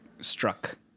struck